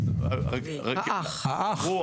באוסטרליה יש הסדרה של הנושא הזה ברמה הפדרלית,